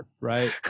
right